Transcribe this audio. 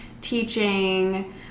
teaching